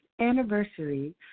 anniversary